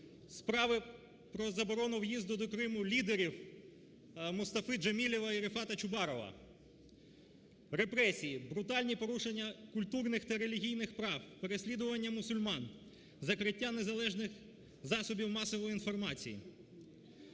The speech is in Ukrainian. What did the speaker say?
справи про заборону в'їзду до Криму лідерів Мустафи Джемілєва і Рефата Чубарова, репресії, брутальні порушення культурних та релігійних прав, переслідування мусульман, закриття незалежних засобів масової інформації.